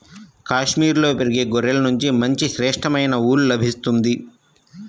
కాశ్మీరులో పెరిగే గొర్రెల నుంచి మంచి శ్రేష్టమైన ఊలు లభిస్తుంది